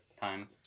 time